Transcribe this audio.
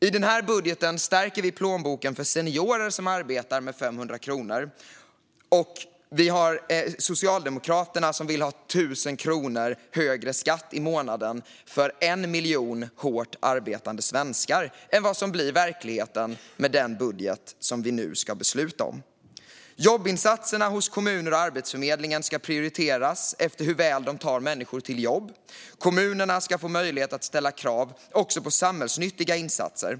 I den här budgeten stärker vi plånboken med 500 kronor för seniorer som arbetar, medan Socialdemokraterna vill att 1 miljon hårt arbetande svenskar ska ha 1 000 kronor högre skatt i månaden än vad som blir verkligheten med den budget som vi nu ska besluta om. Jobbinsatserna hos kommuner och Arbetsförmedlingen ska prioriteras efter hur väl de tar människor till jobb. Kommunerna ska få möjlighet att ställa krav också på samhällsnyttiga insatser.